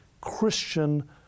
Christian